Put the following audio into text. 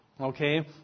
okay